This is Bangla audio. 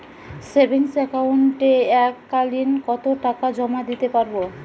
সেভিংস একাউন্টে এক কালিন কতটাকা জমা দিতে পারব?